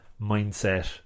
mindset